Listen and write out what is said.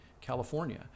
California